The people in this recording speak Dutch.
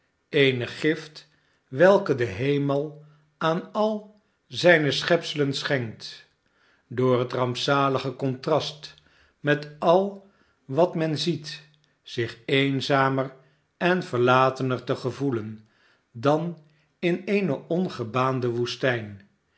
eene gift welke de hemel aan al zijne schepselen schenkt door het rampzalige contrast met al wat men ziet zich eenzamer en verlatener te gevoelen dan in eene ongebaande woestijn